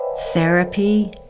Therapy